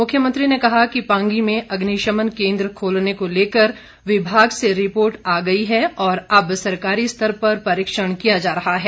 मुख्यमंत्री ने कहा कि पांगी में अग्निशमन केंद्र खोलने को लेकर विभाग से रिपोर्ट आ गई है और अब सरकारी स्तर पर परीक्षण किया जा रहा है